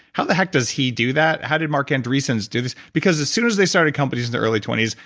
how the heck does he do that? how did marc andreessen do this? because as soon as they started companies in their early twenty s,